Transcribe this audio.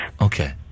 Okay